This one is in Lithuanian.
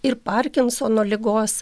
ir parkinsono ligos